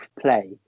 play